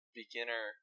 beginner